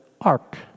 ark